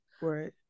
Right